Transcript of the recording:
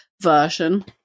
version